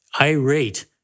irate